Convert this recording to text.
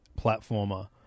platformer